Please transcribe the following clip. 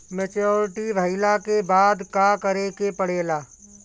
Maturity भईला के बाद का करे के पड़ेला?